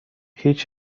هیچ